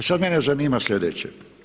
E sad mene zanima slijedeće.